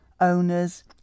owners